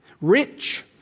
rich